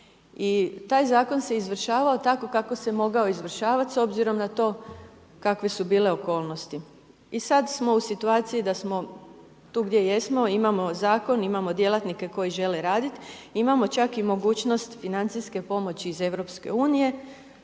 I taj Zakon se izvršavao tako kako se mogao izvršavati s obzirom na to kakve su bile okolnosti. I sad smo u situaciji da smo tu gdje jesmo, imamo Zakon, imamo djelatnike koji žele raditi, imamo čak i mogućnost financijske pomoći iz EU,